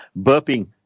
Burping